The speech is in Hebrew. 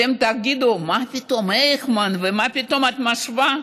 אתם תגידו: מה פתאום אייכמן ומה פתאום את משווה?